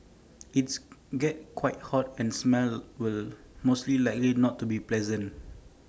IT gets quite hot and the smell will most likely not be pleasant